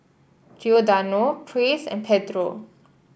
Giordano Praise and Pedro